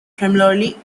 primarily